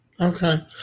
Okay